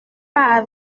pas